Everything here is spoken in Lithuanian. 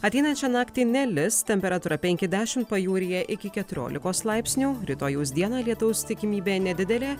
ateinančią naktį nelis temperatūra penki dešim pajūryje iki keturiolikos laipsnių rytojaus dieną lietaus tikimybė nedidelė